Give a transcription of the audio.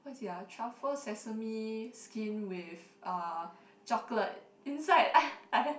what is it ah truffle sesame skin with uh chocolate inside